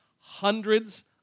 hundreds